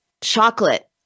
chocolate